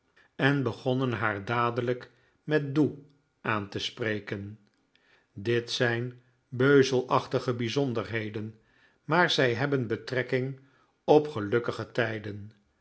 en begonnen haar dadelijk met du aan te spreken dit zijn beuzelachtige bijzonderheden maar zij hebben betrekking op gelukkige tijden